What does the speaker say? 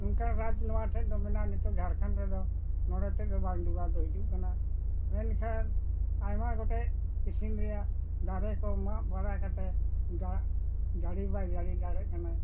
ᱱᱚᱝᱠᱟᱱ ᱨᱟᱡᱽ ᱱᱚᱣᱟ ᱴᱷᱮᱱ ᱫᱚ ᱢᱮᱱᱟᱜᱼᱟ ᱱᱤᱛᱳᱜ ᱡᱷᱟᱲᱠᱷᱚᱸᱰ ᱨᱮᱫᱚ ᱱᱚᱰᱮ ᱛᱮᱫ ᱜᱮ ᱵᱟᱸᱫ ᱰᱩᱵᱟ ᱫᱚ ᱦᱤᱡᱩᱜ ᱠᱟᱱᱟ ᱢᱮᱱᱠᱷᱟᱱ ᱟᱭᱢᱟ ᱜᱚᱴᱮᱱ ᱠᱤᱥᱤᱱ ᱨᱮᱭᱟᱜ ᱫᱟᱨᱮ ᱠᱚ ᱢᱟᱜ ᱵᱟᱲᱟ ᱠᱟᱛᱮ ᱫᱟᱜ ᱡᱟᱹᱲᱤ ᱵᱟᱭ ᱡᱟᱹᱲᱤ ᱫᱟᱲᱮᱜ ᱠᱟᱱᱟ